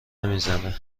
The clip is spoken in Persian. نمیزنه